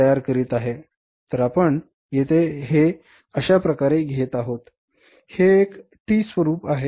तर आपण येथे हे अशा प्रकारे घेत आहोत हे एक टी स्वरूप आहे